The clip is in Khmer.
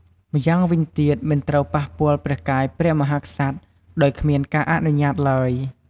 ម្យ៉ាងវិញទៀតមិនត្រូវប៉ះពាល់ព្រះកាយព្រះមហាក្សត្រ ដោយគ្មានការអនុញ្ញាតឡើយ។